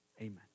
Amen